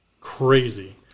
crazy